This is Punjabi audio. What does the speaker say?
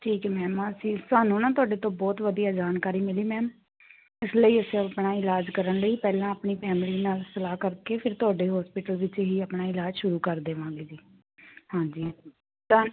ਠੀਕ ਹੈ ਮੈਮ ਅਸੀਂ ਸਾਨੂੰ ਨਾ ਤੁਹਾਡੇ ਤੋਂ ਬਹੁਤ ਵਧੀਆ ਜਾਣਕਾਰੀ ਮਿਲੀ ਮੈਮ ਇਸ ਲਈ ਅਸੀਂ ਆਪਣਾ ਇਲਾਜ ਕਰਨ ਲਈ ਪਹਿਲਾਂ ਆਪਣੀ ਫੈਮਲੀ ਨਾਲ ਸਲਾਹ ਕਰਕੇ ਫਿਰ ਤੁਹਾਡੇ ਹੋਸਪਿਟਲ ਵਿੱਚ ਹੀ ਆਪਣਾ ਇਲਾਜ ਸ਼ੁਰੂ ਕਰ ਦੇਵਾਂਗੇ ਜੀ ਹਾਂਜੀ